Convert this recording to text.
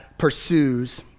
pursues